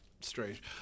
strange